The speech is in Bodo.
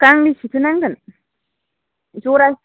गांबेसेसो नांगोन जरा